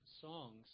songs